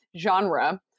genre